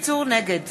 נגד